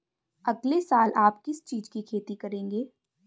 अगले साल आप किस चीज की खेती करेंगे?